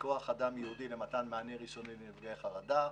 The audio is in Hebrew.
כוח אדם ייעודי למתן מענה ראשוני לנפגעי חרדה,